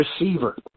receiver